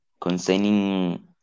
concerning